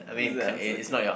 is that answer okay